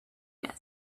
yet